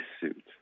suit